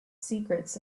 secrets